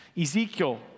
Ezekiel